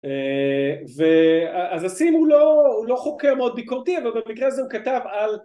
אז הסים הוא לא חוקר מאוד ביקורתי אבל במקרה הזה הוא כתב על